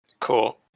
Cool